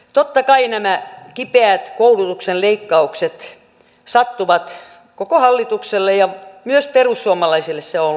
totta kai nämä kipeät koulutuksen leikkaukset sattuvat koko hallitukseen ja myös perussuomalaisille ne ovat olleet vaikea pala